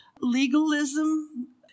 legalism